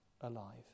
alive